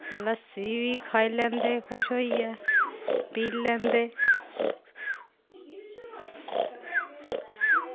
लस्सी बी खाई लैंदे खुश होइयै पीऽ लैंदे